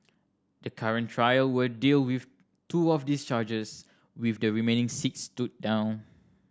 the current trial will deal with two of those charges with the remaining six stood down